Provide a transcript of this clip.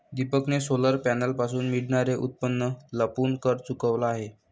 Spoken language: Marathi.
दीपकने सोलर पॅनलपासून मिळणारे उत्पन्न लपवून कर चुकवला आहे